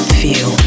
feel